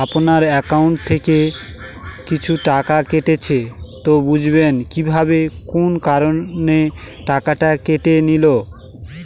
আপনার একাউন্ট থেকে কিছু টাকা কেটেছে তো বুঝবেন কিভাবে কোন কারণে টাকাটা কেটে নিল?